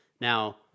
Now